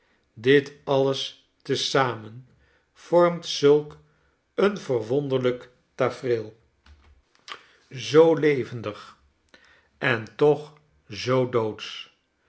dit alles te zamen vormt zulk een verwonderlijk tafereel zoo levendig en toch zoo doodsch